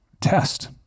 test